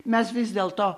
mes vis dėlto